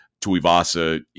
Tuivasa